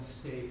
state